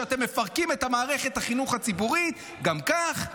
כשאתם מפרקים את מערכת החינוך הציבורי גם כך,